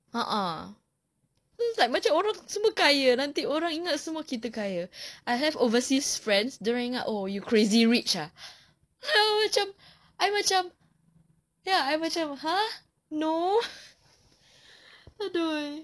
!huh! uh it's like nanti orang ingat semua kita kaya I have overseas friends dia orang ingat oh you crazy rich ah I macam I macam !huh! no !aduh!